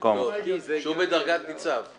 הוא בדרגת ניצב.